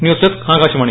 news desk Akashvani